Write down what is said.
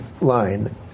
line